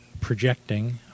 projecting